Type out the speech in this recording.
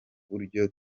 buryo